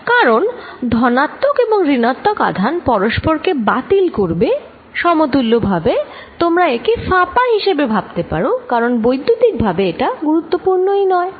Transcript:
কারণ ধনাত্বক এবং ঋনাত্বক আধান পরস্পরকে বাতিল করে সমতুল্য ভাবে তোমরা একে ফাঁপা হিসেবে ভাবতে পারো কারণ বৈদ্যুতিকভাবে এটা গুরুত্বপূর্ণ নয়